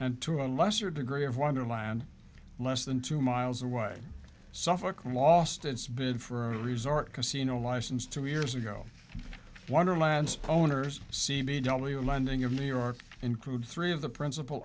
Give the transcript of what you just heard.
and to a lesser degree of wonderland less than two miles away suffolk lost its bid for a resort casino license two years ago wonderlands owners c b w lending of new york include three of the principal